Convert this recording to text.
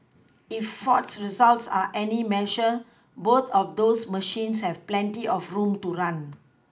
if ford's results are any measure both of those machines have plenty of room to run